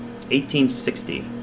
1860